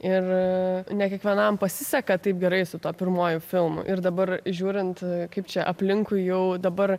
ir ne kiekvienam pasiseka taip gerai su tuo pirmuoju filmu ir dabar žiūrint kaip čia aplinkui jau dabar